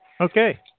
Okay